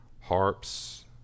harps